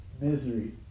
misery